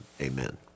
amen